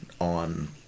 on